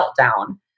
meltdown